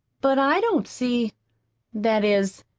but i don't see that is,